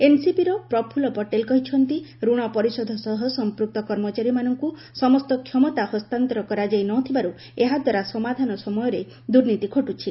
ଏନ୍ସିପିର ପ୍ରଫୁଲ୍ଲ ପଟେଲ କହିଚ୍ଚନ୍ତି ଋଣ ପରିଶୋଧ ସହ ସଂପୂକ୍ତ କର୍ମଚାରୀମାନଙ୍କୁ ସମସ୍ତ କ୍ଷମତା ହସ୍ତାନ୍ତର କରାଯାଇ ନଥିବାରୁ ଏହା ଦ୍ୱାରା ସମାଧାନ ସମୟରେ ଦୁର୍ନୀତି ଘଟୁଛି